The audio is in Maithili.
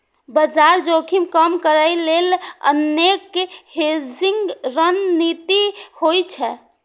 बाजार जोखिम कम करै लेल अनेक हेजिंग रणनीति होइ छै